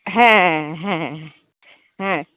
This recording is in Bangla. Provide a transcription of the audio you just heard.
হ্যাঁ হ্যাঁ হ্যাঁ